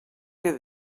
què